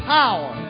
power